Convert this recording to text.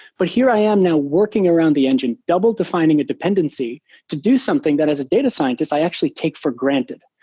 but here i am now working around the engine double defining a dependency to do something that is a data scientist i actually take for granted.